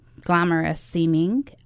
glamorous-seeming